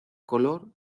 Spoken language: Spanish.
color